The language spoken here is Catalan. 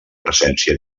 presència